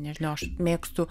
nežinau aš mėgstu